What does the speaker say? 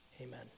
Amen